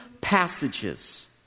passages